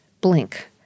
blink